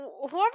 whoever